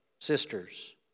sisters